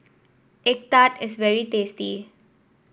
egg tart is very tasty